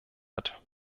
hat